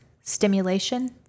stimulation